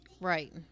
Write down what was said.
Right